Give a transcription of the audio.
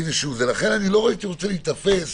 לכן לא הייתי רוצה להיתפס